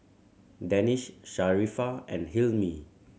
Danish Sharifah and Hilmi